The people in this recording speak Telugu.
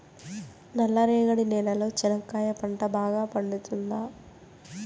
నల్ల రేగడి నేలలో చెనక్కాయ పంట బాగా పండుతుందా?